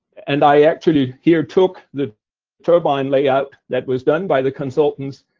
and i actually, here, took the turbine layout that was done by the consultants,